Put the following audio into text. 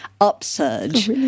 upsurge